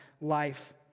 life